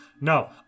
No